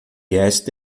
esta